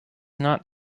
not